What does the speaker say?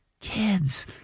kids